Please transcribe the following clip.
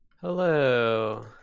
Hello